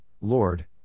Lord